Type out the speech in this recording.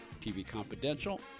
tvconfidential